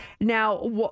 Now